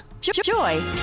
Joy